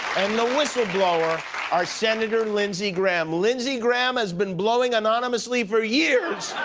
and the whistle-blower are senator lindsey graham. lindsey graham has been blowing anonymously for years.